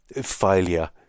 failure